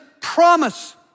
promise